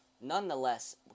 nonetheless